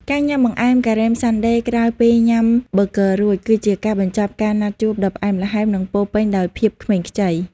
ការញ៉ាំបង្អែមការ៉េម Sunday ក្រោយពេលញ៉ាំប៊ឺហ្គឺរួច គឺជាការបញ្ចប់ការណាត់ជួបដ៏ផ្អែមល្ហែម និងពោរពេញដោយភាពក្មេងខ្ចី។